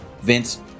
Vince